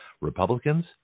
Republicans